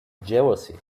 jealousy